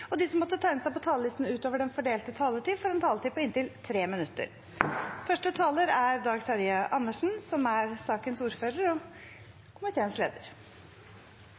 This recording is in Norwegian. og de som måtte tegne seg på talerlisten utover den fordelte taletid, får en taletid på inntil 3 minutter. Som vanlig har vi det som blir omtalt som Dokument 1, til behandling én gang i året. Jeg viser til at det er